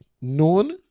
known